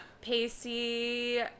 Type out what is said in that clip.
Pacey